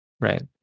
Right